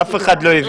אף אחד לא הבין.